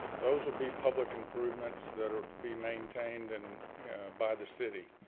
those will be public improvements that are to be maintained and by the city.